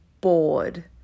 bored